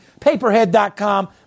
Paperhead.com